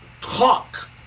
talk